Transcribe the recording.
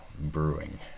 brewing